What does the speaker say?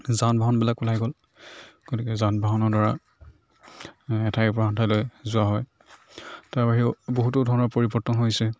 যানবাহনবিলাক ওলাই গ'ল গতিকে যানবাহনৰ দ্বাৰা এঠাইৰ পৰা আন ঠাইলৈ যোৱা হয় তাৰ বাহিৰেও বহুতো ধৰণৰ পৰিৱৰ্তন হৈছে